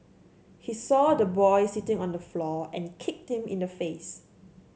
he saw the boy sitting on the floor and kicked him in the face